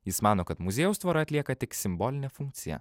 jis mano kad muziejaus tvora atlieka tik simbolinę funkciją